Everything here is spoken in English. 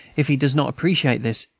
if he does not appreciate this,